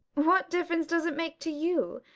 what difference does it make to you?